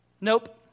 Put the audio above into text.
Nope